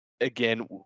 again